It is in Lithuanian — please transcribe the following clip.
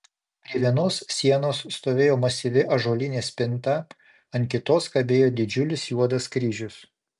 prie vienos sienos stovėjo masyvi ąžuolinė spinta ant kitos kabėjo didžiulis juodas kryžius